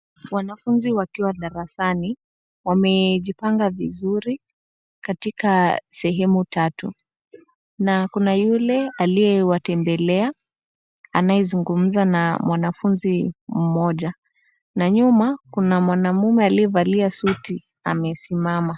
Wanafunzi wakiwa darasani wamejipanga vizuri katika sehemu tatu na kuna yule aliyewatembelea anayezungumza na mwanafunzi mmoja, na nyuma kuna mwanaume aliyevalia suti amesimama.